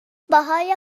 پاهای